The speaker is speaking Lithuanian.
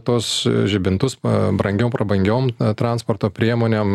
tuos žibintus brangiom prabangios transporto priemonėm